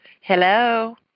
Hello